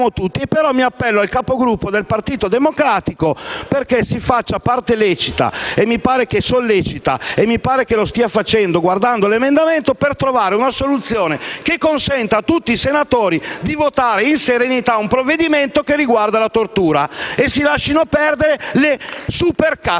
tutti. Mi appello quindi al Capogruppo del Partito Democratico perché si faccia parte attiva e sollecita - mi pare che lo stia già facendo, visto che sta esaminando l'emendamento - per trovare una soluzione che consenta a tutti i senatori di votare in serenità un provvedimento che riguarda la tortura; si lascino perdere le supercazzole.